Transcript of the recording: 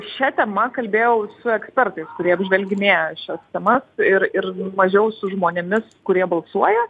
šia tema kalbėjau su ekspertais kurie apžvelginėja šias temas ir ir mažiau su žmonėmis kurie balsuoja